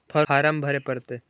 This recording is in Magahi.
फार्म भरे परतय?